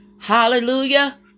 hallelujah